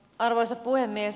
arvoisa puhemies